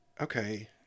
okay